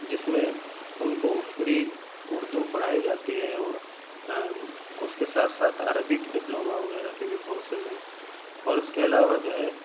جس میں ان کو فری اردو پڑھائی جاتی ہے اور اس کے ساتھ ساتھ عربک ڈپلوما وغیرہ کے بھی کورسیز ہیں اور اس کے علاوہ جو ہے